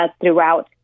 throughout